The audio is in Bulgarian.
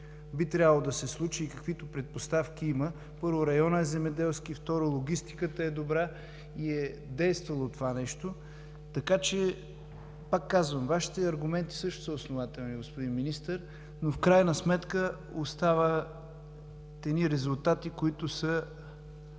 би трябвало да се случи и каквито предпоставки има – първо, районът е земеделски, второ, логистиката е добра и е действало това нещо. Така че, пак казвам, Вашите аргументи също са основателни, господин Министър, но в крайна сметка остават едни резултати, които са